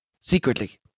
Secretly